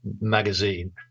magazine